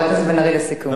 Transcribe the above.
חבר הכנסת בן-ארי, לסיכום.